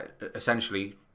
Essentially